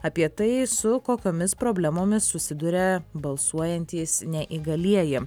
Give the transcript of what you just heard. apie tai su kokiomis problemomis susiduria balsuojantys neįgalieji